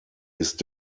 ist